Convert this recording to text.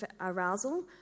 arousal